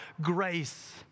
grace